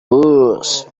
pours